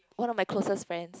one of my closest friends